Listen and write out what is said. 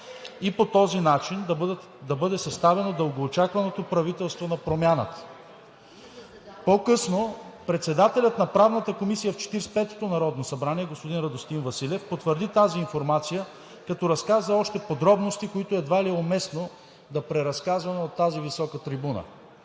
и по този начин да бъде съставено дългоочакваното правителство на промяната. По-късно председателят на Правната комисия в Четиридесет и петото народно събрание господин Радостин Василев потвърди тази информация, като разказа още подробности, които едва ли е уместно да преразказвам от тази висока трибуна.